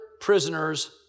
prisoners